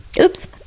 oops